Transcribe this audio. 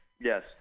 Yes